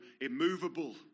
immovable